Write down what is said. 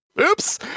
Oops